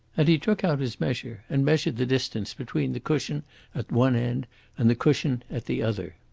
and he took out his measure and measured the distance between the cushion at one end and the cushion at the other.